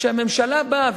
כשהממשלה באה,